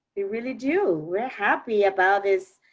we really do. we're happy about this,